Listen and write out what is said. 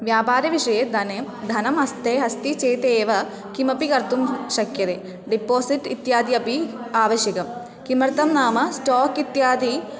व्यापारविषये धनं धनम् हस्ते अस्ति चेदेव किमपि कर्तुं शक्यते डिपोसिट् इत्यादि अपि आवश्यकं किमर्थं नाम स्टाक् इत्यादि